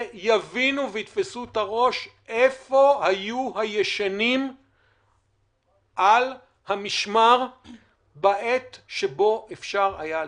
יבינו ויתפסו את הראש איפה היו הישנים על המשמר בעת שבה אפשר היה לפעול.